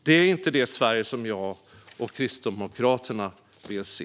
Det är inte det Sverige som jag och Kristdemokraterna vill se.